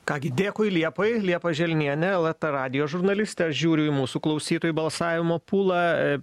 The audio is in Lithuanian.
ką gi dėkui liepai liepa želnienė lrt radijo žurnalistė žiūriu į mūsų klausytojų balsavimo pulą